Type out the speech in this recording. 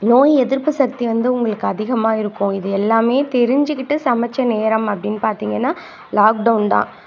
நோய் எதிர்ப்பு சக்தி வந்து உங்களுக்கு அதிகமாக இருக்கும் இது எல்லாமே தெரிஞ்சிக்கிட்டு சமைத்த நேரம் அப்படின்னு பார்த்திங்கன்னா லாக்டவுன் தான்